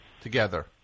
together